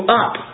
up